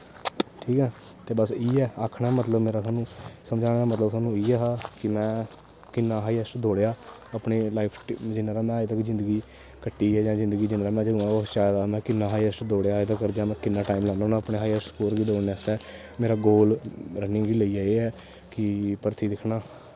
ठीक ऐ ते बस इ'यै आक्खने दा मतलब मेरा थुआनूं समझाने दा मतलब थुआनूं इ'यै हा कि में किन्ना हाईऐस्ट दौड़ेआ अपनी लाईफ च जिन्ना तगर में अपनी जिंदगी कट्टी ऐ जिन्दगी च जदुआं दा में होश च आए दा किन्ना हाईऐस्ट दौड़ेआ अज्ज तगर जां में किन्ना टाईम लान्ना होन्नां में अपने हाईऐस्ट दौड़ गी दौड़ने आस्तै मेरा गोल रनिंग गी लेइयै एह् ऐ कि भर्थी दिक्खना